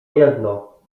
jedno